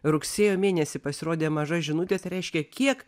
rugsėjo mėnesį pasirodė maža žinutė tai reiškia kiek